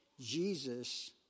Jesus